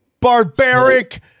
barbaric